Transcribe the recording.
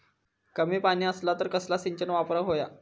कमी पाणी असला तर कसला सिंचन वापराक होया?